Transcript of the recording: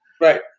right